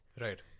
Right